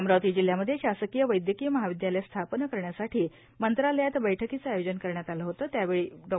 अमरावती जिल्ह्यामध्ये शासकीय वैदयकीय महाविदयालय स्थापन करण्यासाठी मंत्रालयात बैठकीचं आयोजन करण्यात आलं होतं त्यावेळी डॉ